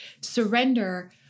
surrender